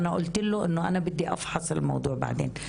אנחנו רק מתחילות לגלות מה עובר על הנשים שהן נפגעות